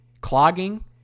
clogging